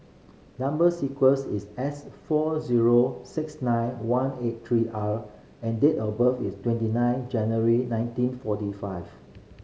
number sequence is S four zero six nine one eight three R and date of birth is twenty nine January nineteen forty five